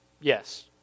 Yes